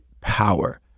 power